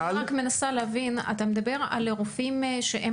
אני רק מנסה להבין: אתה מדבר על רופאים שהם